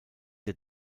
der